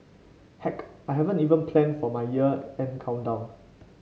heck I haven't even plan for my year end countdown